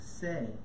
say